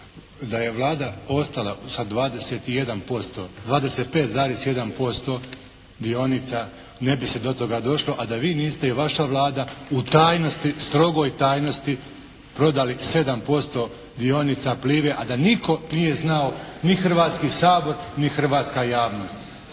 da je Vlada ostala sa 21%, 25,1% dionica ne bi se do toga došlo, a da vi niste i vaša Vlada u tajnosti, strogoj tajnosti prodali 7% dionica Plive a da nitko nije znao ni Hrvatski sabor ni hrvatska javnost.